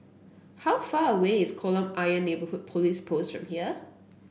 how far away is Kolam Ayer Neighbourhood Police Post from here